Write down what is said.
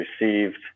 received